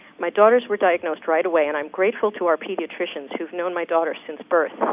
my daughters were diagnosed right away and i'm grateful to our pediatricians who have known my daughters since birth.